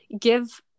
give